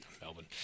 Melbourne